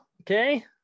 Okay